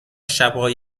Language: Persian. شبای